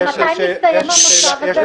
אבל מתי מסתיים המושב הזה מבחינת הכנסת?